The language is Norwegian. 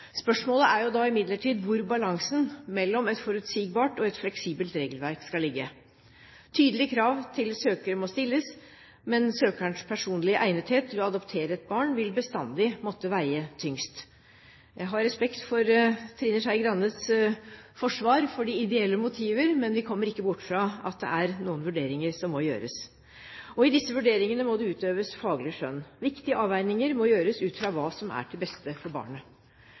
Spørsmålet er jo imidlertid hvor balansen mellom et forutsigbart og et fleksibelt regelverk skal ligge. Tydelige krav til søkere må stilles, men søkerens personlige egnethet til å adoptere et barn vil bestandig måtte veie tyngst. Jeg har respekt for Trine Skei Grandes forsvar for de ideelle motiver, men vi kommer ikke bort fra at det er noen vurderinger som må gjøres. I disse vurderingene må det utøves faglig skjønn. Viktige avveininger må gjøres ut fra hva som er til beste for barnet.